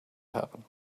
happen